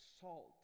salt